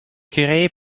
curie